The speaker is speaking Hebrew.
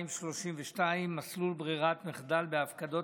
232) (מסלול ברירית מחדל בהפקדות